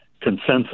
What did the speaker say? consensus